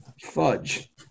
Fudge